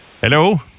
Hello